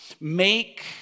make